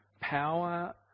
power